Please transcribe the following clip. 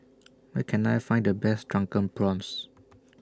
Where Can I Find The Best Drunken Prawns